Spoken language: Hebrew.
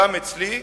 גם אצלי.